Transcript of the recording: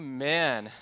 Amen